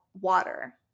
water